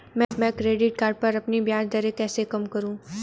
मैं credit card पर अपनी ब्याज दरें कैसे कम करूँ?